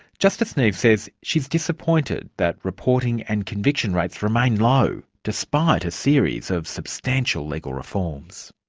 justice neave says she's disappointed that reporting and conviction rates remain low, despite a series of substantial legal reforms.